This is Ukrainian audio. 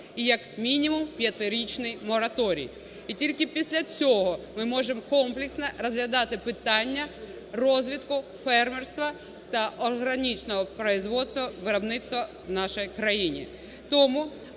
і як мінімум п'ятирічний мораторій. І тільки після цього ми можемо комплексно розглядати питання розвитку фермерства та органічного виробництва в нашій країні.